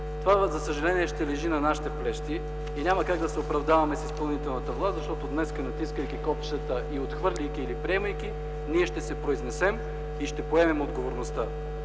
Това, за съжаление, ще лежи на нашите плещи и няма как да се оправдаваме с изпълнителната власт, защото днес, натискайки копчетата и отхвърляйки или приемайки текстовете, ние ще се произнесем и ще поемем отговорността.